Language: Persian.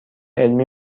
علمی